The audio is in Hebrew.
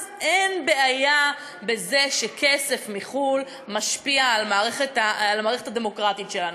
אז אין בעיה בזה שכסף מחו"ל משפיע על המערכת הדמוקרטית שלנו.